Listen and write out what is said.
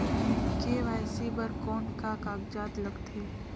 KYC बर कौन का कागजात लगथे?